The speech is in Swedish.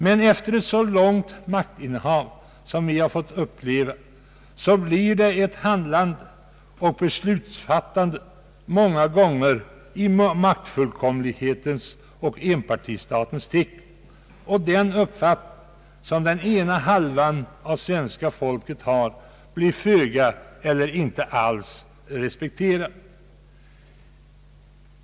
Men efter ett så långt maktinnehav som vi har fått uppleva kan vi konstatera att det blir ett handlande och beslutsfattande många gånger i maktfullkomlighetens och enpartistatens tecken och att den uppfattning som den ena halvan av svenska folket har blir föga eller inte alls respekterad.